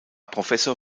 professor